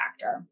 factor